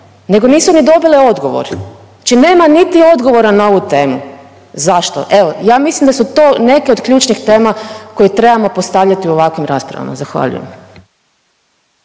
nego nisu ni dobile odgovor. Znači, nema niti odgovora na ovu temu. Zašto? Evo ja mislim da su to neke od ključnih tema koje trebamo postavljati u ovakvim raspravama. Zahvaljujem.